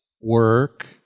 work